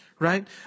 Right